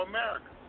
America